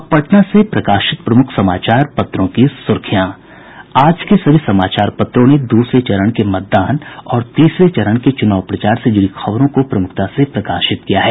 अब पटना से प्रकाशित प्रमुख समाचार पत्रों की सुर्खियां आज के सभी समाचार पत्रों ने दूसरे चरण के मतदान और तीसरे चरण के चुनाव प्रचार से जुड़ी खबरों को प्रमुखता से प्रकाशित किया है